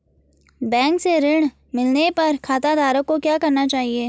Bank से ऋण मिलने पर खाताधारक को क्या करना चाहिए?